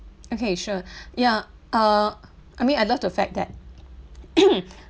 okay sure ya uh I mean I love the fact that